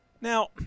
Now